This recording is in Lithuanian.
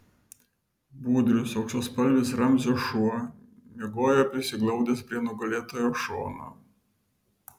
budrius auksaspalvis ramzio šuo miegojo prisiglaudęs prie nugalėtojo šono